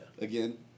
again